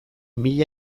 mila